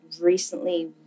recently